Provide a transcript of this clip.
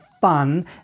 fun